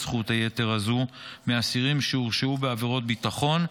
זכות היתר הזו מאסירים שהורשעו בעבירות ביטחון,